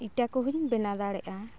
ᱤᱴᱟᱹ ᱠᱚᱦᱚᱸᱧ ᱵᱮᱱᱟᱣ ᱫᱟᱲᱮᱭᱟᱜᱼᱟ